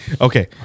Okay